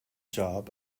job